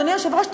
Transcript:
אדוני היושב-ראש,